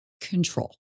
control